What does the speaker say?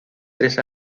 tres